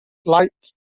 light